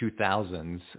2000s